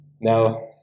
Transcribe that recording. Now